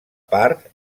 part